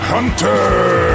Hunter